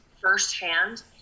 firsthand